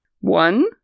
One